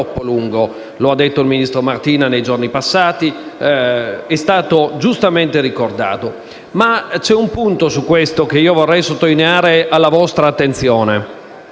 ha detto il ministro Martina nei giorni passati, come è stato giustamente ricordato. Vi è, tuttavia, un punto che vorrei sottolineare alla vostra attenzione,